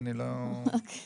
אני לא דוחק,